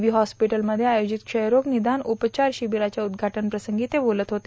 बी hospital मध्ये आयोजित क्षयरोग निदान उपचार शिवीराच्या उद्दघाटन प्रसंगी ते बोलत होते